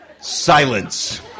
Silence